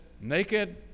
Naked